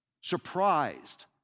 surprised